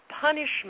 punishment